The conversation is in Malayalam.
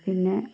പിന്നെ